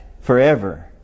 forever